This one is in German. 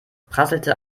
prasselte